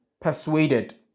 persuaded